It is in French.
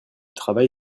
travail